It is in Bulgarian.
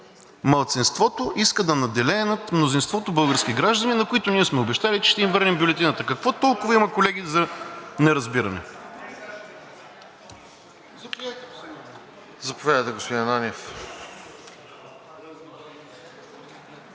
Малцинството иска да надделее над мнозинството български граждани, на които ние сме обещали, че ще им върнем бюлетината. Какво толкова има, колеги, за неразбиране.